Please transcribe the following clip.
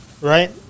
right